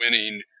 Winning